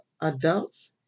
adults